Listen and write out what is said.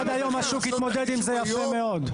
עד היום השוק התמודד עם זה יפה מאוד.